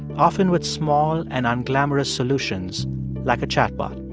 often with small and unglamorous solutions like a chatbot.